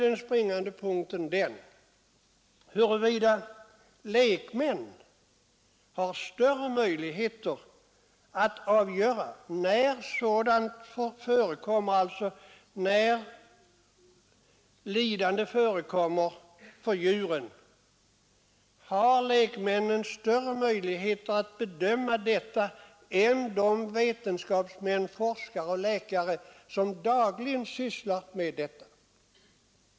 Den springande punkten är emellertid huruvida lekmän har större möjligheter att avgöra när sådant lidande förekommer för djuren. Har lekmännen större möjligheter att bedöma detta än de vetenskapsmän, forskare och läkare som dagligen sysslar med saken?